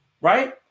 right